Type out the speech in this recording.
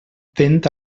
vent